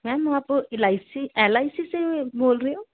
ma'am ਆਪ ਐਲਾਸੀ L I C ਸੇ ਬੋਲ ਰਹੇ ਹੋ